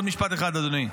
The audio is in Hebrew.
עוד משפט אחד, אדוני.